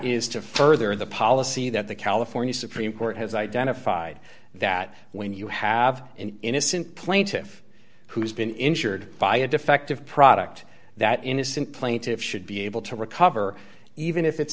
is to further the policy that the california supreme court has identified that when you have an innocent plaintive who's been injured by a defective product that innocent plaintiffs should be able to recover even if it's